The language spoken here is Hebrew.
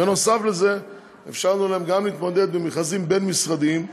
בנוסף לזה אפשרנו להם להתמודד במכרזים בין-משרדיים,